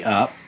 up